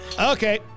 Okay